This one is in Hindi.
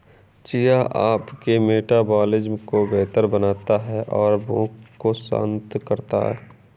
चिया आपके मेटाबॉलिज्म को बेहतर बनाता है और भूख को शांत करता है